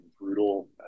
brutal